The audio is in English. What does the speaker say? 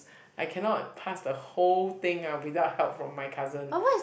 I cannot pass the whole thing ah without help from my cousin